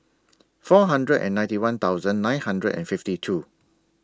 four hundred and ninety one thousand nine hundred and fifty two